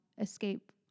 ESCAPE